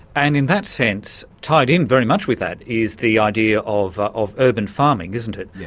and in that sense, tied in very much with that, is the idea of of urban farming, isn't it?